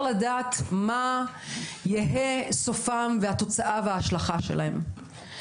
לדעת מה יהא סופן ומה תהיה ההשלכה והתוצאה שלהן.